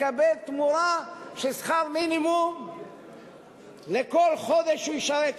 יקבל תמורה של שכר מינימום לכל חודש שהוא ישרת.